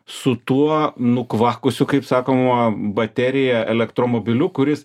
su tuo nukvakusiu kaip sakoma baterija elektromobiliu kuris